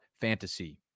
fantasy